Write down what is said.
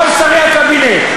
כל שרי הקבינט,